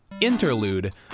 interlude